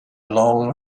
long